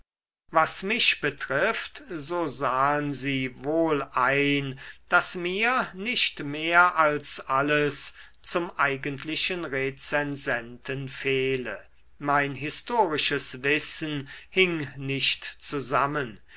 was mich betrifft so sahen sie wohl ein daß mir nicht mehr als alles zum eigentlichen rezensenten fehle mein historisches wissen hing nicht zusammen